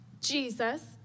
Jesus